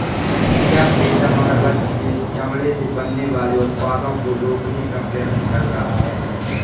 क्या पेटा मगरमच्छ के चमड़े से बनने वाले उत्पादों को रोकने का प्रयत्न कर रहा है?